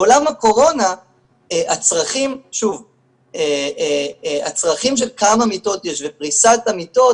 בעולם הקורונה הצרכים של כמה מיטות יש ופריסת המיטות,